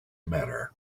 manner